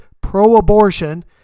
pro-abortion